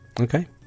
okay